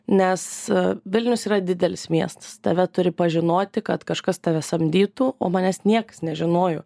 nes vilnius yra didelis miestas tave turi pažinoti kad kažkas tave samdytų o manęs nieks nežinojo